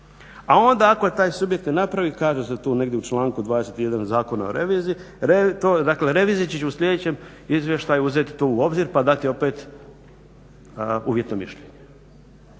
a onda ako taj subjekt ne napravi kaže se tu negdje u članku 21. Zakona o reviziji toj dakle revizija će u sljedećem izvještaju uzeti to u obzir pa dati opet uvjetno mišljenje.